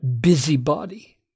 busybody